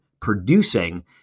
producing